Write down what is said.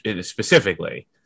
specifically